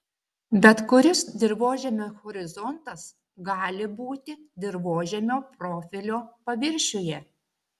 bet kuris dirvožemio horizontas gali būti dirvožemio profilio paviršiuje